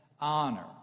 honor